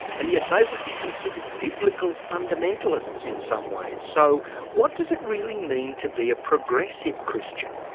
and yet they would be considered biblical fundamentalists in some ways. so what does it really mean to be a progressive christian?